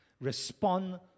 respond